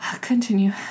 Continue